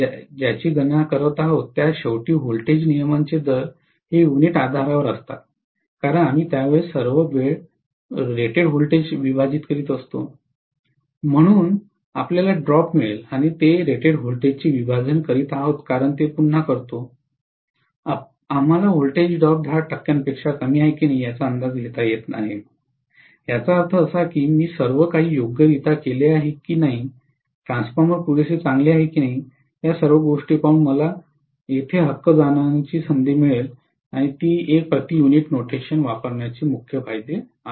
आपण ज्याची गणना करत आहोत त्या शेवटी व्होल्टेज नियमन दर युनिट आधारावर असते कारण आम्ही त्यास सर्व वेळ रेटेड व्होल्टेजने विभाजित करीत असतो म्हणून आपल्याला ड्रॉप मिळेल आणि आम्ही ते रेटेड व्होल्टेजने विभाजित करीत आहोत कारण आपण ते पुन्हा करतो आम्हाला व्होल्टेज ड्रॉप १० टक्क्यांपेक्षा कमी आहे की नाही याचा अंदाज घेता येत आहे याचा अर्थ असा आहे की मी सर्व काही योग्यरित्या केले आहे की ट्रान्सफॉर्मर पुरेसे चांगले आहे की नाही या सर्व गोष्टी पाहून मला हक्क जाणवण्याची संधी मिळेल ती एक प्रति युनिट नोटेशन वापरण्याचे मुख्य फायदे